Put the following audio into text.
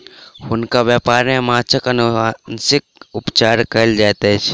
हुनकर व्यापार में माँछक अनुवांशिक उपचार कयल जाइत अछि